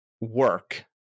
work